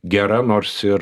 gera nors ir